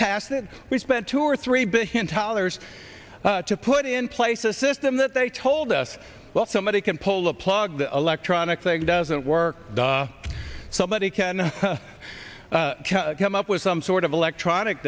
passed it we spent two or three but hints dollars to put in place a system that they told us well somebody can pull a plug the electronic thing doesn't work somebody can come up with some sort of electronic